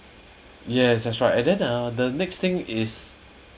yes that's right and then uh the next thing is